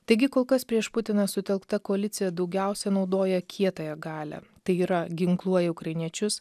taigi kol kas prieš putiną sutelkta koalicija daugiausia naudoja kietąją galią tai yra ginkluoja ukrainiečius